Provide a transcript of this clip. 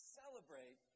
celebrate